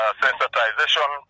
sensitization